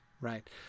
right